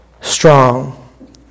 strong